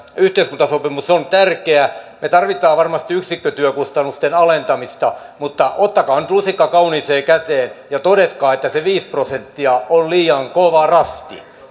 yhteiskuntasopimus on tärkeä me tarvitsemme varmasti yksikkötyökustannusten alentamista mutta ottakaa nyt lusikka kauniiseen käteen ja todetkaa että se viisi prosenttia on liian kova rasti